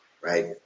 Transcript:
right